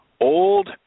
old